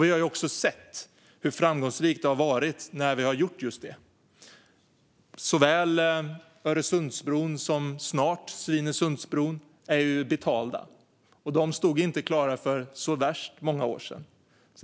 Vi har också sett hur framgångsrikt det har varit när vi har gjort just det. Såväl Öresundsbron som snart Svinesundsbron är betalda, och de stod klara för inte så värst många år sedan.